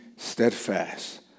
steadfast